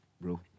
Bro